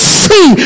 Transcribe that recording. see